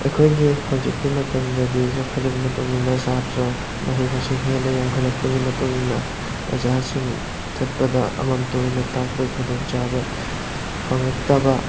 ꯑꯩꯈꯣꯏꯒꯤ ꯍꯧꯖꯤꯛꯀꯤ ꯃꯇꯝꯗꯗꯤ ꯆꯥꯎꯈꯠꯂꯛꯄ ꯃꯇꯨꯡꯏꯟꯅ ꯁꯥꯇ꯭ꯔ ꯃꯍꯩ ꯃꯁꯤꯡ ꯍꯦꯟꯅ ꯌꯥꯝꯈꯠꯂꯛꯄꯒꯤ ꯃꯇꯨꯡꯏꯟꯅ ꯑꯣꯖꯥꯁꯤꯡ ꯆꯠꯄꯗ ꯑꯃꯃꯝꯇ ꯑꯣꯏꯅ ꯇꯥꯛꯄꯩ ꯈꯨꯗꯣꯡꯆꯥꯕ ꯐꯪꯉꯛꯇꯕ